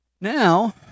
Now